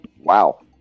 Wow